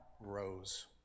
rose